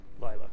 Lila